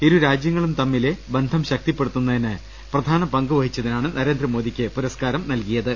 ഇരുരാജൃങ്ങളും തമ്മിലെ ബന്ധം ശക്തിപ്പെടുത്തുന്നതിന് പ്രധാന പങ്ക് വഹിച്ചതിനാണ് നരേന്ദ്രമോദിക്ക് പുരസ്കാരം നൽകിയത്